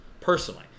personally